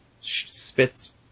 spits